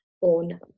on